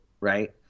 right